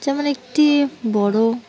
যেমন একটি বড়ো